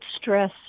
stress